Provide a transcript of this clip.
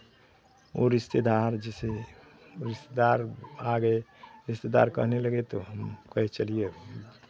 वो रिश्तेदार जिसे रिश्तेदार आ गये रिश्तेदार कहने लगे तो हम कहे चलिये